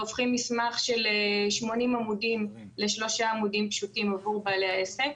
והופכים מסמך של 80 עמודים לשלושה עמודים פשוטים עבור בעלי העסק.